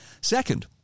Second